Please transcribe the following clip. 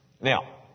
Now